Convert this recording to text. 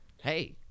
Hey